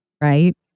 right